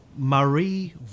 Marie